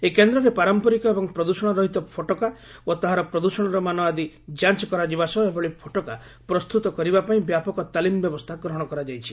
ଏହି କେନ୍ଦ୍ରରେ ପାରମ୍ପରିକ ଏବଂ ପ୍ରଦ୍ଷଣ ରହିତ ଫୋଟକା ଓ ତାହାର ପ୍ରଦ୍ଷଣର ମାନ ଆଦି ଯାଞ୍ଚ କରାଯିବା ସହ ଏଭଳି ଫୋଟକା ପ୍ରସ୍ତୁତ କରିବାପାଇଁ ବ୍ୟାପକ ତାଲିମ୍ ବ୍ୟବସ୍ଥା ଗ୍ରହଣ କରାଯାଇଛି